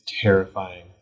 terrifying